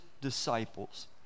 disciples